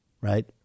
right